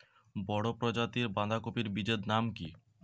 বড় প্রজাতীর বাঁধাকপির বীজের নাম কি?